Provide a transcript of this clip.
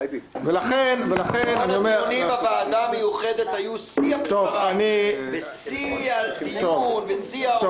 כל הדיונים בוועדה המיוחדת היו שיא --- בשיא --- בשיא --- ממש.